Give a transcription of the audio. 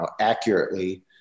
accurately